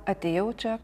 atėjau čia